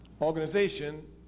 organization